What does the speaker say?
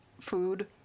food